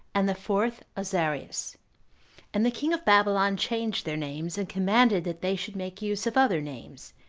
and the fourth azarias and the king of babylon changed their names, and commanded that they should make use of other names.